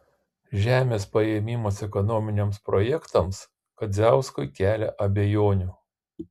žemės paėmimas ekonominiams projektams kadziauskui kelia abejonių